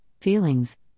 feelings